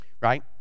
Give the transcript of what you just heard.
right